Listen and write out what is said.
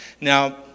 Now